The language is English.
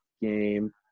game